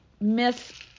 miss